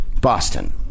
Boston